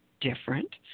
different